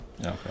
Okay